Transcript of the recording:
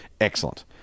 excellent